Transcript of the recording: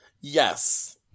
Yes